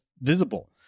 visible